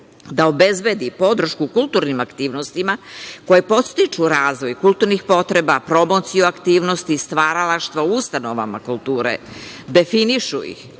da obezbedi podršku kulturnim aktivnostima koje podstiču razvoj kulturnih potreba, promociju aktivnosti, stvaralaštva ustanovama kulture, definišu ih,